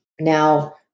Now